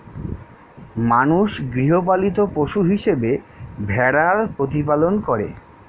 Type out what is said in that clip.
মানুষ গৃহপালিত পশু হিসেবে ভেড়ার প্রতিপালন করে